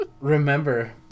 remember